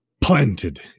planted